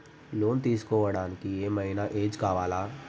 Loan తీస్కోవడానికి ఏం ఐనా ఏజ్ కావాలా?